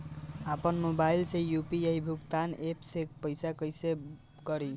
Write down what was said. आपन मोबाइल से यू.पी.आई भुगतान ऐपसे पईसा भुगतान कइसे करि?